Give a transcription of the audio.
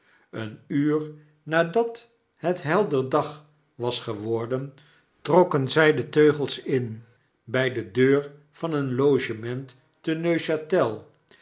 een uur nadat het helder dag was geworden trokken zy de teugels in bij de deur van een logement te